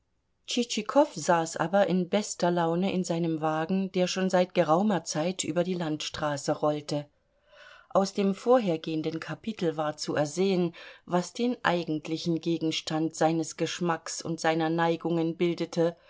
saß aber in bester laune in seinem wagen der schon seit geraumer zeit über die landstraße rollte aus dem vorhergehenden kapitel war zu ersehen was den eigentlichen gegenstand seines geschmacks und seiner neigungen bildete